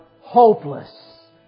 hopeless